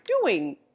doing